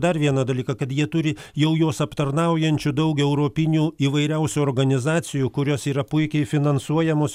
dar vieną dalyką kad jie turi jau juos aptarnaujančių daug europinių įvairiausių organizacijų kurios yra puikiai finansuojamos